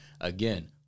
Again